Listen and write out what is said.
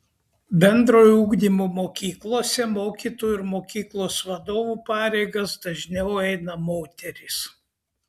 bendrojo ugdymo mokyklose mokytojų ir mokyklos vadovų pareigas dažniau eina moterys